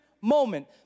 moment